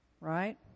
Right